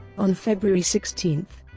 on february sixteen,